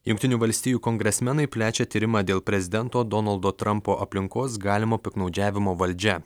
jungtinių valstijų kongresmenai plečia tyrimą dėl prezidento donaldo trampo aplinkos galimo piktnaudžiavimo valdžia